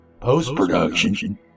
Post-production